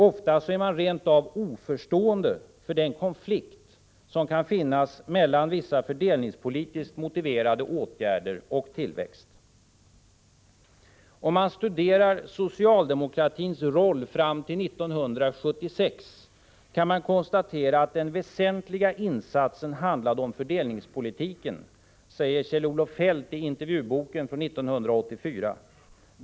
Ofta är man rent av oförstående för den konflikt som kan finnas mellan vissa fördelningspolitiskt motiverade åtgärder och tillväxt. ”Om man studerar socialdemokratins roll fram till 1976 kan man —-—-— konstatera att den väsentliga insatsen handlade om fördelningspolitiken”, säger Kjell-Olof Feldt i intervjuboken från 1984.